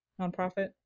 nonprofit